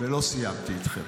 ולא סיימתי איתכם.